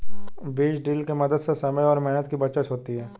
बीज ड्रिल के मदद से समय और मेहनत की बचत होती है